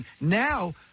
Now